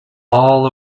all